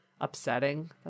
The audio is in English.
upsetting